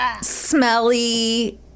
smelly